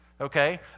okay